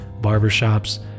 barbershops